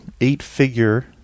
eight-figure